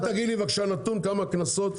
בבקשה נתון, כמה קנסות.